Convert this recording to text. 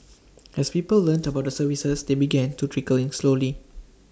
as people learnt about the services they began to trickle in slowly